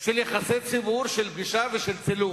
של יחסי ציבור, של פגישה ושל צילום,